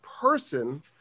person